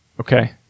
Okay